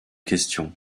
questions